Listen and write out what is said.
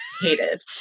hated